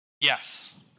Yes